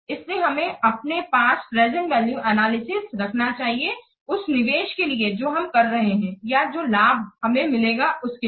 इसलिए हमें अपने पास प्रेजेंट वैल्यू एनालिसिस रखना चाहिए उस निवेश के लिए जो हम कर रहे हैं या जो लाभ हमें मिलेगा उसके लिए